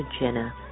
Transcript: Jenna